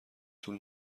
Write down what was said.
طول